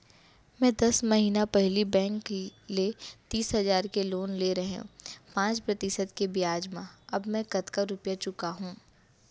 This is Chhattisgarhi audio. मैं दस महिना पहिली बैंक ले तीस हजार के लोन ले रहेंव पाँच प्रतिशत के ब्याज म अब मैं कतका रुपिया चुका हूँ?